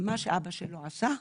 כמו שאבא שלו עשה,